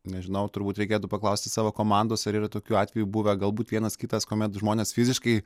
nežinau turbūt reikėtų paklausti savo komandos ar yra tokiu atveju buvę galbūt vienas kitas kuomet žmonės fiziškai